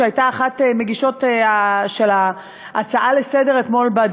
שהייתה אחת המגישות של ההצעה לסדר-היום אתמול,